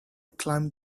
climbed